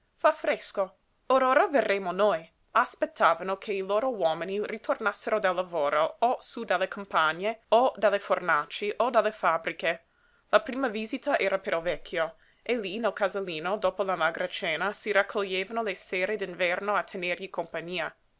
fa fresco or ora verremo noi aspettavano che i loro uomini ritornassero dal lavoro o sú dalle campagne o dalle fornaci o dalle fabbriche la prima visita era per il vecchio e lí nel casalino dopo la magra cena si raccoglievano le sere d'inverno a tenergli compagnia